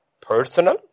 personal